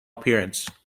appearance